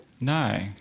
No